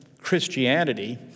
Christianity